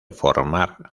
formar